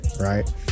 right